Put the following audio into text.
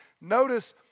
Notice